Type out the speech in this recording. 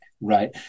right